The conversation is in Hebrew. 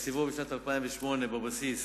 תקציבו בשנת 2008, בבסיס,